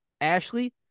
Ashley